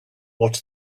what